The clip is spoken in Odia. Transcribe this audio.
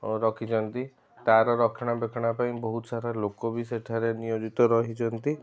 ରଖିଛନ୍ତି ତାର ରକ୍ଷଣା ବେକ୍ଷଣା ପାଇଁ ବହୁତ ସାରା ଲୋକବି ସେଠାରେ ନିୟୋଜିତ ରହିଛନ୍ତି